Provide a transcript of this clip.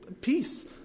peace